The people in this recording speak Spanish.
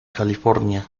california